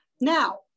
Now